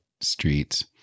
streets